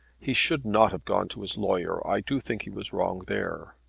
he should not have gone to his lawyer. i do think he was wrong there.